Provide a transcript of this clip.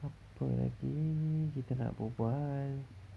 apa lagi kita nak berbual